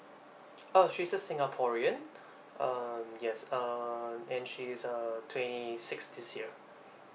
oh she's a singaporean um yes uh and she is uh twenty six this year